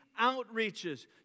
outreaches